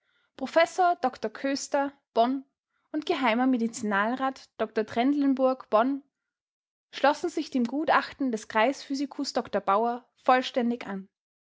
professor dr köster bonn und geh medizinalrat dr trendlenburg bonn schlossen sich dem gutachten des kreisphysikus dr bauer vollständig an